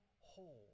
whole